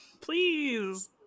Please